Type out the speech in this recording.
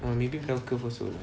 err maybe bell curve also lah